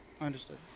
Understood